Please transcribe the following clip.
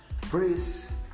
Praise